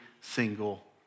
single